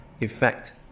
effect